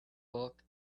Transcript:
book